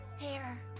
hair